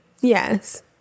Yes